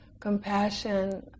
compassion